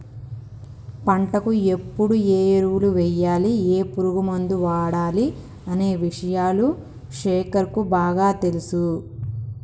పంటకు ఎప్పుడు ఏ ఎరువులు వేయాలి ఏ పురుగు మందు వాడాలి అనే విషయాలు శేఖర్ కు బాగా తెలుసు